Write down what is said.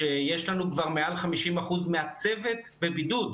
והיא שיש לנו כבר מצב שבו מעל ל- 50% מהצוות נמצא בבידוד.